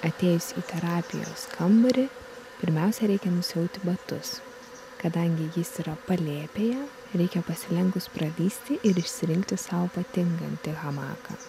atėjus į terapijos kambarį pirmiausia reikia nusiauti batus kadangi jis yra palėpėje reikia pasilenkus pralįsti ir išsirinkti sau patinkantį hamaką